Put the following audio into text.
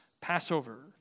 Passover